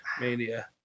Mania